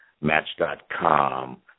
Match.com